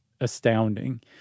astounding